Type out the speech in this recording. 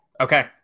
Okay